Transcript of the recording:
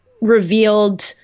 revealed